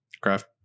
craft